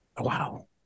Wow